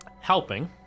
Helping